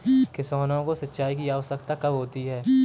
किसानों को सिंचाई की आवश्यकता कब होती है?